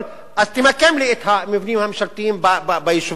אז תמקם לי את המבנים הממשלתיים ביישובים החלשים.